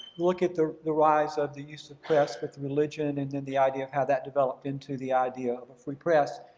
look at the the rise of the use of press with religion and then the idea of how that developed into the idea of free press.